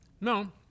No